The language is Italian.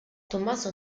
tommaso